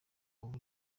ubu